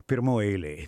pirmoj eilėj